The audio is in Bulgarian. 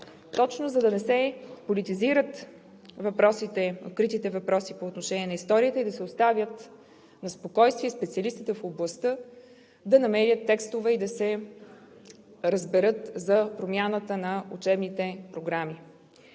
точно, за да не се политизират откритите въпроси по отношение на историята и да се оставят на спокойствие специалистите в областта да намерят текстове и да се разберат за промяната на учебните програми.